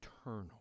eternal